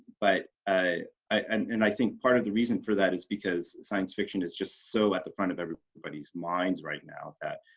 but and and i think part of the reason for that is because science fiction is just so at the front of everybody's minds right now that